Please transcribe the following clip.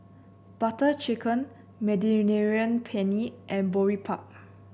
Butter Chicken Mediterranean Penne and Boribap